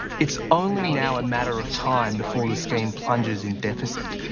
it's only now a matter of time before the scheme plunges in deficit.